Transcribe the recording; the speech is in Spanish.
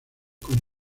con